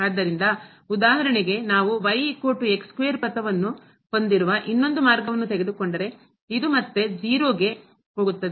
ಆದ್ದರಿಂದ ಉದಾಹರಣೆಗೆ ನಾವು ಪಥವನ್ನು ಹೊಂದಿರುವ ಇನ್ನೊಂದು ಮಾರ್ಗವನ್ನು ತೆಗೆದುಕೊಂಡರೆ ಇದು ಮತ್ತೆ 0 ಗೆ ಮೂಲ ಕ್ಕೆ ಹೋಗುತ್ತದೆ